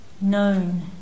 known